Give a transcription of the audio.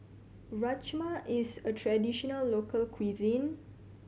rajma is a traditional local cuisine